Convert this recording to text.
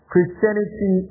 Christianity